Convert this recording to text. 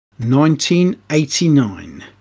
1989